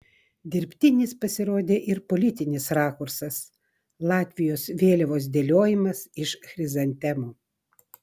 dirbtinis pasirodė ir politinis rakursas latvijos vėliavos dėliojimas iš chrizantemų